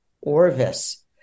Orvis